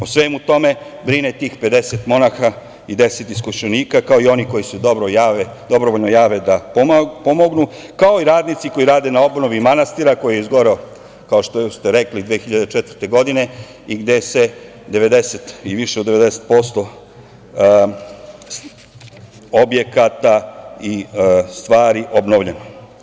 O svemu tome brine tih 50 monaha i 10 iskušenika, kao i onih koji se dobrovoljno jave da pomognu, kao i radnici koji rade na obnovi manastira koji je izgoreo, kao što ste rekli 2004. godine, i gde se više od 90% objekata i stvari obnavlja.